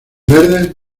verdes